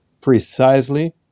precisely